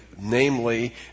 namely